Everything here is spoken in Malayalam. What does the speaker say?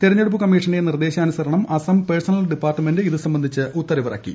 തെരഞ്ഞെടുപ്പ് കമ്മീഷന്റെ നിർദ്ദേശാനുസരണം അസം പഴ്സണൽ ഡിപ്പാർട്ട്മെന്റ് ഇതുസംബന്ധിച്ച ഉത്തരവിറക്കി